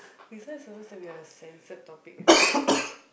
this one is supposed to be a censored topic is it